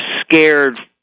scared